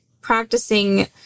practicing